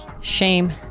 Shame